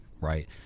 Right